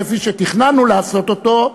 כפי שתכננו לעשות אותו,